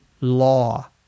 law